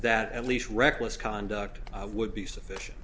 that at least reckless conduct would be sufficient